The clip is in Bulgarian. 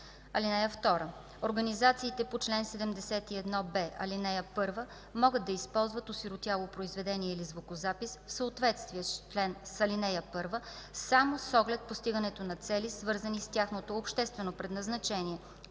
(2) Организациите по чл. 71б, ал. 1 могат да използват осиротяло произведение или звукозапис в съответствие с ал. 1 само с оглед постигането на цели, свързани с тяхното обществено предназначение,